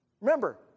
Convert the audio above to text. Remember